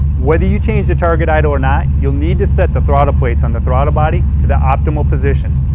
whether you change the target idle or not, you'll need to set the throttle plates on the throttle body to the optimal position.